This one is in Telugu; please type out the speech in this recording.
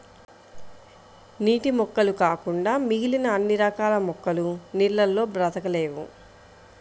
నీటి మొక్కలు కాకుండా మిగిలిన అన్ని రకాల మొక్కలు నీళ్ళల్లో బ్రతకలేవు